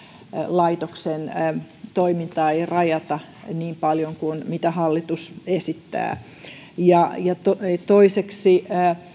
laitoksen toimintaa ei rajata niin paljon kuin mitä hallitus esittää ja ja toiseksi